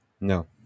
No